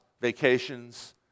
vacations